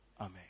Amen